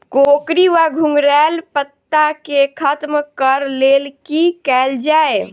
कोकरी वा घुंघरैल पत्ता केँ खत्म कऽर लेल की कैल जाय?